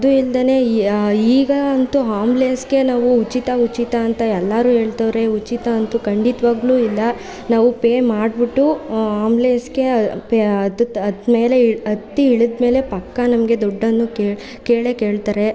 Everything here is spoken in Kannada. ಅದು ಇಲ್ದೇ ಈ ಈಗ ಅಂತೂ ಆಂಬ್ಲೆನ್ಸಿಗೆ ನಾವು ಉಚಿತ ಉಚಿತ ಅಂತ ಎಲ್ಲರೂ ಹೇಳ್ತವರೆ ಉಚಿತ ಅಂತೂ ಖಂಡಿತವಾಗ್ಲೂ ಇಲ್ಲ ನಾವು ಪೇ ಮಾಡಿಬಿಟ್ಟು ಆಂಬ್ಲೆನ್ಸಿಗೆ ಪೇ ಅದು ಅದು ಮೇಲೆ ಹತ್ತಿ ಇಳಿದ ಮೇಲೆ ಪಕ್ಕ ನಮಗೆ ದುಡ್ಡನ್ನು ಕೇಳೇ ಕೇಳ್ತಾರೆ